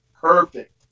perfect